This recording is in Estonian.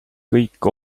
kõik